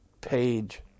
page